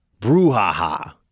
brouhaha